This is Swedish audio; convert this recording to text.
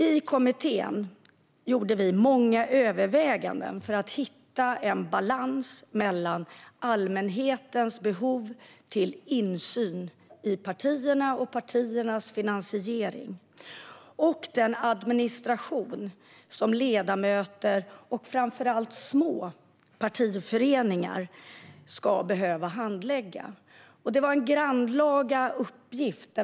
I kommittén gjorde vi många överväganden för att hitta en balans mellan allmänhetens behov av insyn i partierna och partiernas finansiering och den administration som ledamöter och framför allt små partiföreningar ska behöva handlägga. Det var en grannlaga uppgift.